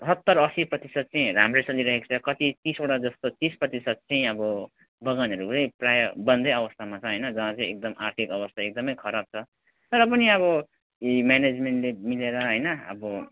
सत्तर असी प्रतिशत चाहिँ राम्रो चलिरहेको छ कति तिसवटा जस्तो तिस प्रतिशत चाहिँ अब बगानहरू पनि प्रायः बन्द अवस्थामा छ होइन जहाँ चाहिँ एकदम आर्थिक अवस्था एकदम खराब छ तर पनि अब यी म्यानेजमेन्टले मिलेर होइन अब